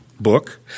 book